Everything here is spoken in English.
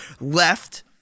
left